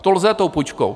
To lze tou půjčkou.